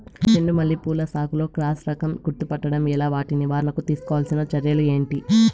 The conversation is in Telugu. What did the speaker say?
చెండు మల్లి పూల సాగులో క్రాస్ రకం గుర్తుపట్టడం ఎలా? వాటి నివారణకు తీసుకోవాల్సిన చర్యలు ఏంటి?